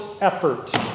effort